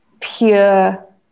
pure